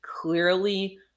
clearly